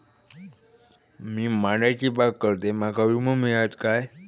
मी माडाची बाग करतंय माका विमो मिळात काय?